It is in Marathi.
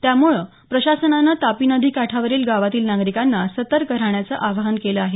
त्यामुळे प्रशासनानं तापी नदी काठावरील गावातील नागरिकांनी सतर्क राहण्याचं आवाहन केलं आहे